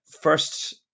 first